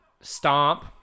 Stomp